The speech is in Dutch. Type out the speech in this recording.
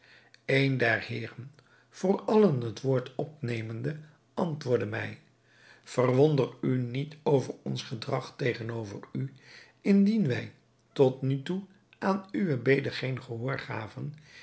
een der heeren voor allen het woord opnemende antwoordde mij verwonder u niet over ons gedrag tegenover u indien wij tot nu toe aan uwe bede geen